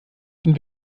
bin